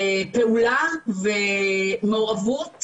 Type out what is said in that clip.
פעולה ומעורבות,